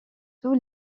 tous